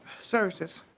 services.